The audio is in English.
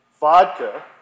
vodka